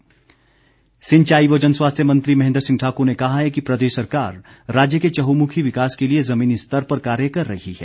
महेंद्र सिंह सिंचाई व जनस्वास्थ्य मंत्री महेंद्र सिंह ठाक्र ने कहा है कि प्रदेश सरकार राज्य के चहुमुखी विकास के लिए जमीनी स्तर पर कार्य कर रही है